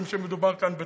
משום שמדובר כאן בתודעה.